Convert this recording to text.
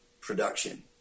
production